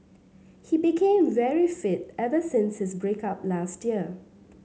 he became very fit ever since his break up last year